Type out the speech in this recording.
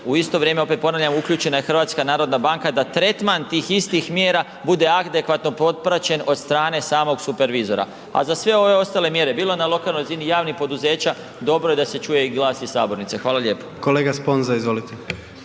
U isto vrijeme opet ponavljam uključena je HNB da tretman tih istih mjera bude adekvatno popraćen od strane samog supervizora. A za sve ove ostale mjere, bilo na lokalnoj razini javnih poduzeća dobro je da se čuje i glas iz sabornice. Hvala lijepa. **Jandroković,